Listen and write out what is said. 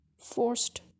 forced